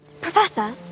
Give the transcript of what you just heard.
Professor